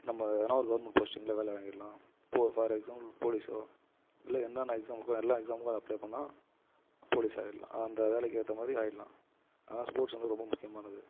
நம்ம எதனா ஒரு கவுர்மெண்ட் போஸ்டிங்கில் வேலை வாங்கிடல்லாம் இப்போது ஃபார் எக்ஸாம்பிள் போலீசோ இல்லை என்னென்ன எக்ஸாம் இருக்கோ எல்லா எக்ஸாமுக்கும் அதை அப்ளே பண்ணிணா போலீஸ் ஆயிடலாம் அந்த வேலைக்கு ஏற்றமாரி ஆயிடலாம் அதனால் ஸ்போர்ட்ஸ் வந்து ரொம்ப முக்கியமானது